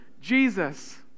Jesus